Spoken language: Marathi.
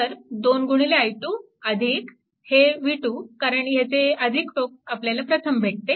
तर 2 i2 हे v2 कारण ह्याचे टोक आपल्याला प्रथम भेटते